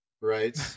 right